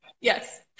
yes